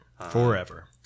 forever